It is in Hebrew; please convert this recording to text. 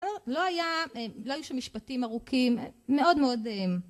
לא היה, לא היו שם משפטים ארוכים מאוד מאוד